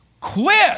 quit